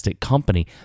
Company